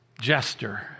Jester